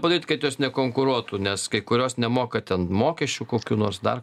padaryt kad jos nekonkuruotų nes kai kurios nemoka ten mokesčių kokių nors dar